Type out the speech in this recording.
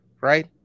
right